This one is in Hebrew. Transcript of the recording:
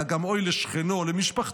אלא גם "אוי לשכנו" או למשפחתו,